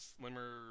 slimmer